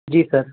जी sir